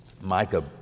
Micah